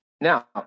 Now